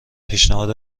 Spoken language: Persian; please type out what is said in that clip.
پیشنهاد